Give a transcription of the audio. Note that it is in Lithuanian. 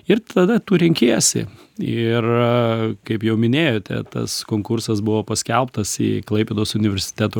ir tada tu renkiesi ir kaip jau minėjote tas konkursas buvo paskelbtas į klaipėdos universiteto